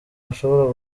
bashobora